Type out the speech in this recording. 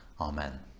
Amen